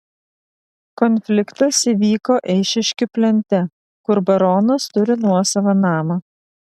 konfliktas įvyko eišiškių plente kur baronas turi nuosavą namą